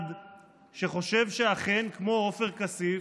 שחושב שאכן, כמו עופר כסיף,